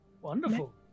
wonderful